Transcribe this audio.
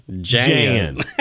jan